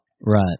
Right